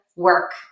work